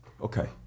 Okay